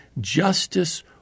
justice